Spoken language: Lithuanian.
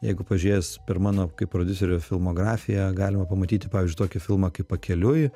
jeigu pažiūrėjus per mano kaip prodiuserio filmografiją galima pamatyti pavyzdžiui tokį filmą kaip pakeliui